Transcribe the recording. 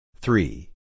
three